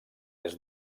est